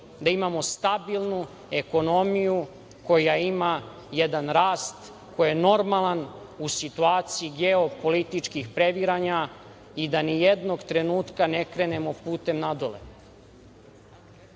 da imamo stabilnu ekonomiju koja ima jedan rast koji je normalan u situaciji geopolitičkih previranja i da nijednog trenutka ne krenemo putem nadole. Ono